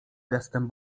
gestem